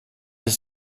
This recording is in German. ist